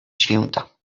święta